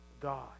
God